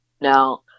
Now